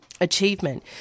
achievement